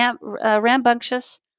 rambunctious